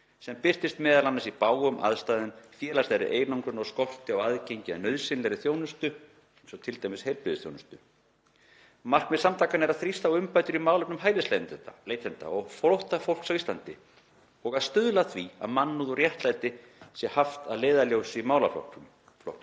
sem birtist meðal annars í bágum aðstæðum, félagslegri einangrun og skorti á aðgengi að nauðsynlegri þjónustu, eins og til dæmis heilbrigðisþjónustu. Markmið samtakanna er að þrýsta á umbætur í málefnum hælisleitenda og flóttafólks á Íslandi og að stuðla að því að mannúð og réttlæti sé haft að leiðarljósi í málaflokknum.